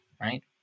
right